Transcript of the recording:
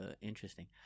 interesting